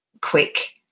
quick